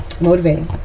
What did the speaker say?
motivating